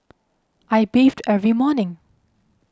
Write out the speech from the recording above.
I bathe every morning